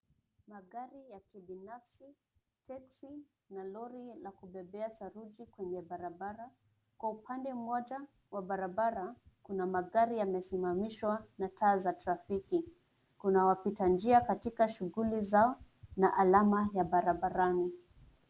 Kuna gari ya kibinafsi. chelsea na lori la kubebea saruji kwenye barabara. Kwa upande mmoja wa barabara kuna magari yamesimamishwa na taa za trafiki. Kuna wapita njia katika shughuli zao na alama ya barabarani.